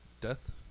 Death